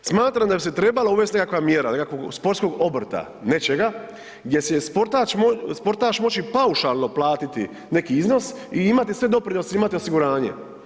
Smatram da bi se trebala uvest nekakva mjera, nekakvog sportskog obrta, nečega gdje će sportaš moći paušalno platiti neki iznos i imati sve doprinose, imati osiguranje.